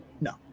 no